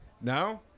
No